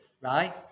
right